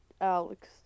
Alex